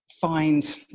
find